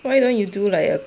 why don't you do like a